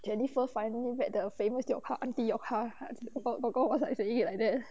jennifer finally met the famous youka auntie youka kor kor why is this auntie like that